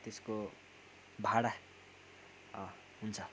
त्यसको भाडा हुन्छ